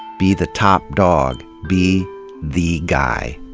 be the top dog. be the guy.